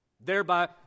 Thereby